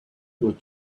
good